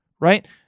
right